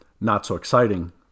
not-so-exciting